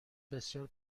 بسیار